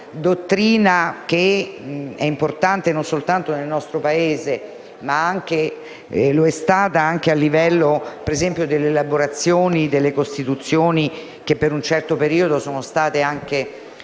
dottrina, che è importante non soltanto nel nostro Paese, ma che lo è stata anche nell'elaborazione delle Costituzioni che per un certo periodo sono state anche